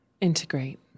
integrate